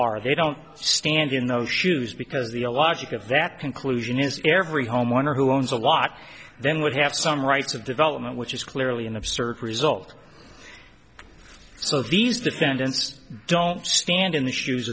are they don't stand in those shoes because the logic of that conclusion is every homeowner who owns a lot then would have to some rights of development which is clearly an absurd result so these defendants don't stand in the shoes